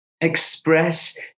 express